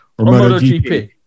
MotoGP